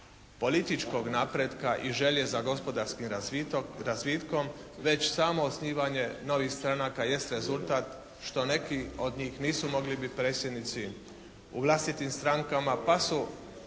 političkog napretka i želje za gospodarskim razvitkom već samo osnivanje novih stranaka jest rezultat što neki od njih nisu mogli biti predsjednici u vlastitim strankama pa su